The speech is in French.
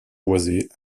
boisée